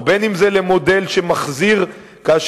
ובין אם זה למודל שמחזיר את זה לכנסת,